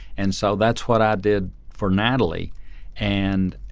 and so that's what i did for natalie and